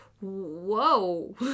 whoa